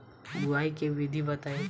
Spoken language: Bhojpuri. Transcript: बुआई के विधि बताई?